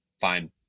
fine